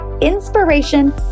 Inspiration